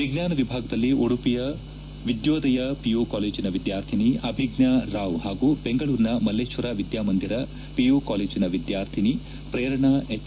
ವಿಜ್ಞಾನ ವಿಭಾಗದಲ್ಲಿ ಉಡುಪಿಯ ವಿದ್ಯೋದಯ ಪಿಯು ಕಾಲೇಜಿನ ವಿದ್ಯಾರ್ಥಿನಿ ಅಭಿಜ್ಞಾ ರಾವ್ ಹಾಗೂ ಬೆಂಗಳೂರಿನ ಮಲ್ಲೇಶ್ವರ ವಿದ್ಯಾ ಮಂದಿರ ಪಿಯು ಕಾಲೇಜಿನ ವಿದ್ಯಾರ್ಥಿನಿ ಪ್ರೇರಣಾ ಎಚ್